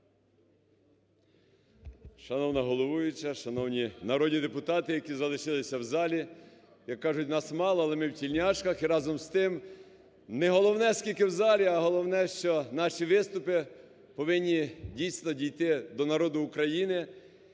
Шановна головуюча, шановні народні депутати, які залишилися у залі. Як кажуть, нас мало, але ми в тельняшках, і разом з тим, не головне, скільки у залі, а головне, що наші виступи повинні, дійсно, дійти до народу України.